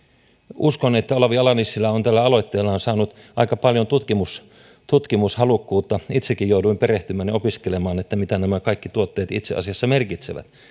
uskon että olavi ala nissilä on tällä aloitteellaan saanut aika paljon tutkimushalukkuutta itsekin jouduin perehtymään ja opiskelemaan mitä nämä kaikki tuotteet itse asiassa merkitsevät